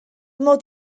mod